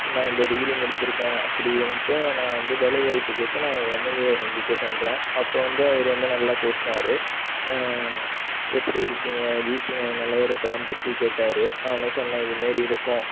நான் இந்த டிகிரி முடிச்சிருக்கேன் அப்படியின்ட்டு நான் வந்து வேலைவாய்ப்பு கேட்டு நான் என் எம்எல்ஏவை சந்திக்க சென்றேன் அப்போ வந்து அவரு வந்து நல்லா பேசினாரு எப்படி இருக்கீங்க வீட்டு நே நிலவரத்துலாம் பற்றி கேட்டார் நானும் சொன்ன இதுமாரி இருக்கோம்